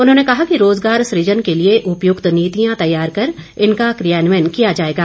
उन्होंने कहा कि रोजगार सृजन के लिए उपयुक्त नीतियां तैयार कर इनका क्रियान्वयन किया जाएगा